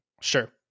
Sure